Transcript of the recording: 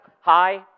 Hi